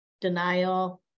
denial